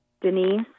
Denise